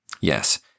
Yes